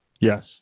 Yes